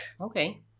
Okay